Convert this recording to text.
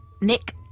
Nick